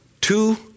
two